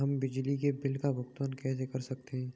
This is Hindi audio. हम बिजली के बिल का भुगतान कैसे कर सकते हैं?